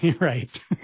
Right